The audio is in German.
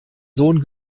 sohn